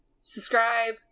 subscribe